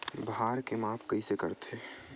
भार के माप कइसे करथे?